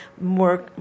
more